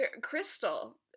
Crystal